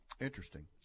interesting